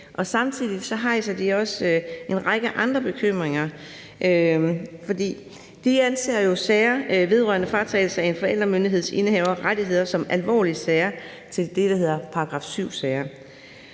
Samtidig rejser de også en række andre bekymringer, for de anser jo sager vedrørende fratagelse af en forældremyndighedsindehavers rettigheder som alvorlige sager til det, der hedder § 7-sager.